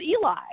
Eli